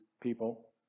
people